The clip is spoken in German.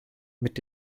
mit